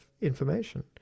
information